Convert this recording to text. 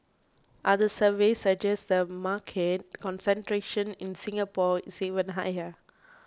other surveys suggest the market concentration in Singapore is even higher